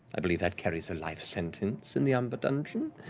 i believe that carries a life sentence in the umber dungeon,